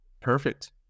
Perfect